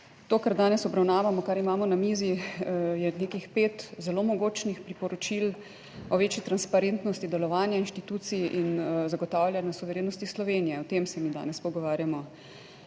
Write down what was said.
To, kar danes obravnavamo kar imamo na mizi je nekih 5 zelo mogočnih priporočil o večji transparentnosti delovanja inštitucij in zagotavljanja suverenosti Slovenije, o tem se mi danes pogovarjamo.